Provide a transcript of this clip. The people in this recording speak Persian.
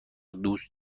دوست